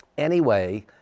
anyway,